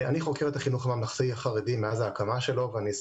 אני חוקר את החינוך הממלכתי-החרדי מאז הקמתו